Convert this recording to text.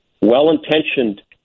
Well-intentioned